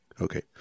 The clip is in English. Okay